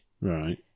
right